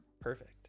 Perfect